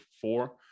four